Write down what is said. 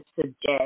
suggest